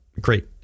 Great